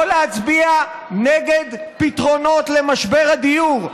לא להצביע נגד פתרונות למשבר הדיור,